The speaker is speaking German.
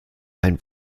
ein